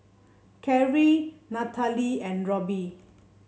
Karrie Nathaly and Robby